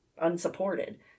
unsupported